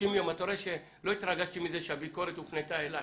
אתה רואה שלא התרגשתי מזה שהביקורת הופנתה אלי.